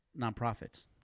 nonprofits